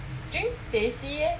drink teh C leh